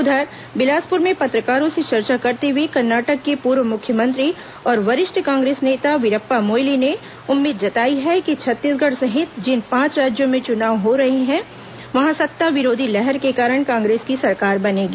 उधर बिलासपुर में पत्रकारों से चर्चा करते हुए कर्नाटक के पूर्व मुख्यमंत्री और वरिष्ठ कांग्रेस नेता वीरप्पा मोइली ने उम्मीद जताई है कि छत्तीसगढ़ सहित जिन पांच राज्यों में चुनाव हो रहे हैं वहां सत्ता विरोधी लहर के कारण कांग्रेस की सरकार बनेगी